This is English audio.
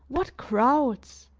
what crowds!